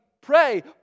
pray